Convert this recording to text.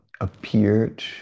appeared